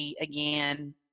again